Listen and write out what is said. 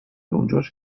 اونجاش